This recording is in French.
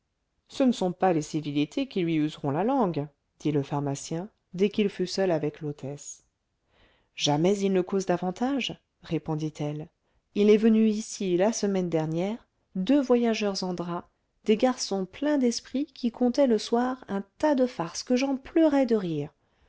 ce ne sont pas les civilités qui lui useront la langue dit le pharmacien dès qu'il fut seul avec l'hôtesse jamais il ne cause davantage répondit-elle il est venu ici la semaine dernière deux voyageurs en draps des garçons pleins d'esprit qui contaient le soir un tas de farces que j'en pleurais de rire